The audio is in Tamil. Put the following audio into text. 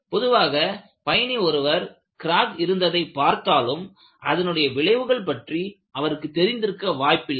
பொதுவான பயணி ஒருவர் கிராக் இருந்ததை பார்த்தாலும் அதனுடைய விளைவுகள் பற்றி அவருக்கு தெரிந்திருக்க வாய்ப்பில்லை